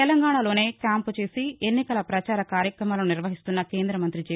తెలంగాణా లోనే క్యాంపు చేసి ఎన్నికల పచార కార్యక్రమాలను నిర్వహిస్తున్న కేంద మంతి జే